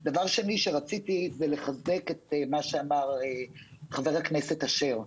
שנית, אני רוצה לחזק את מה שאמר חבר הכנסת אשר.